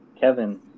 Kevin